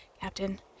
Captain